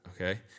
okay